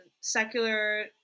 secular